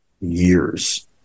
years